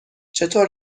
چطور